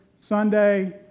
Sunday